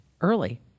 early